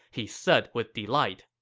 he said with delight,